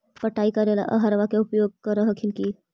पटाय करे ला अहर्बा के भी उपयोग कर हखिन की?